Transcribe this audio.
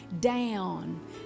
down